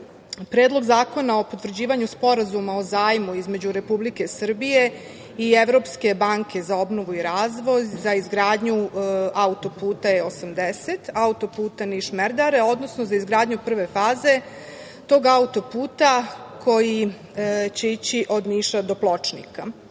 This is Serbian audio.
Predlog zakona o potvrđivanju Sporazuma o zajmu između Republike Srbije i Evropske banke za obnovu i razvoj za izgradnju auto-puta E-80, auto-puta Niš-Merdare, odnosno za izgradnju prve faze tog auto-puta koji će ići od Niša do Pločnika. Ono